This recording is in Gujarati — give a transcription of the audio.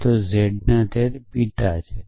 x એ zના પિતા છે